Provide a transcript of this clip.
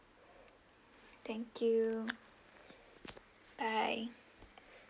thank you bye